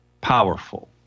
powerful